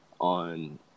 on